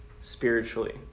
spiritually